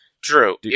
Drew